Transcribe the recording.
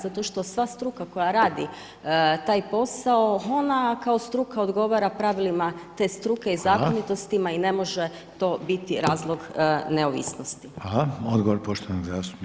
Zato što sva struka koja radi taj posao ona kao struka odgovara pravilima te struke i zakonitostima i [[Upadica: Hvala.]] ne može to biti razlog neovisnosti.